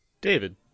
David